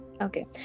Okay